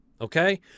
Okay